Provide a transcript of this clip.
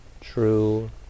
true